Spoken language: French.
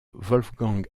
wolfgang